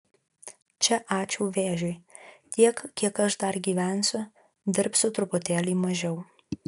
čia ačiū vėžiui tiek kiek aš dar gyvensiu dirbsiu truputėlį mažiau